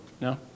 No